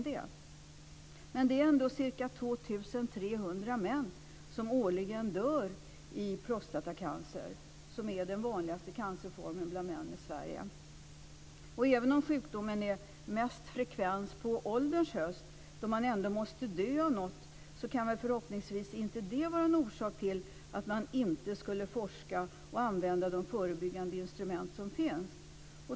Det är ändå ca Även om sjukdomen är mest frekvent på ålderns höst, då man ändå måste dö av något, kan väl förhoppningsvis inte det vara en orsak till att inte forska och använda de förebyggande instrument som finns.